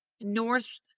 North